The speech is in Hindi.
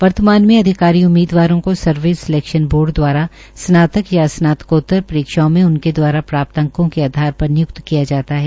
वर्तमान में अधिकारी उम्मीदवारों को सर्विस सलैक्शन बोर्ड दवारा स्नातक या स्नातकोतर परीक्षाओं में उनके दवारा प्राप्त अंको के आधार पर निय्क्त किया जाता था